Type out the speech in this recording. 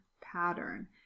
pattern